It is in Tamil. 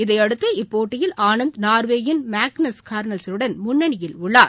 இதையடுத்து இப்போட்டியில் ஆனந்த் நார்வேயின் மேக்னஸ் கார்லஸன்னுடன் முன்னணியில் உள்ளார்